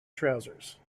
trousers